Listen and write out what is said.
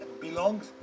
belongs